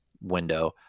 window